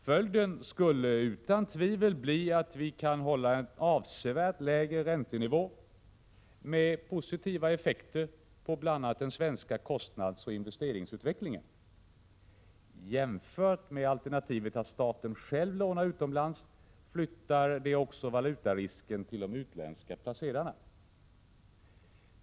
Följden skulle utan tvivel bli att vi kunde hålla en avsevärt lägre räntenivå med positiva effekter på bl.a. den svenska kostnadsoch investeringsutvecklingen. Jämfört med alternativet att staten själv lånar utomlands flyttar det också valutarisken till de utländska placerarna.